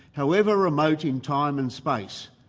however remote in time and space,